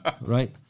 Right